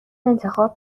انتخاب